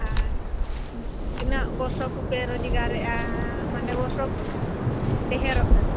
ᱟᱨ ᱛᱤᱱᱟᱹᱜ ᱵᱚᱨᱥᱚ ᱠᱚᱯᱮ ᱨᱳᱡᱽᱜᱟᱨᱮᱜᱼᱟ ᱢᱟᱱᱮ ᱵᱚᱨᱥᱚ ᱰᱷᱮᱹᱨᱚᱜ ᱠᱟᱱᱟ